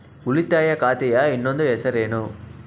ಉಳಿತಾಯ ಖಾತೆಯ ಇನ್ನೊಂದು ಹೆಸರೇನು?